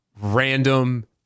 random